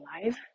alive